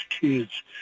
kids